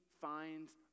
finds